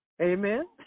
Amen